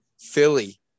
Philly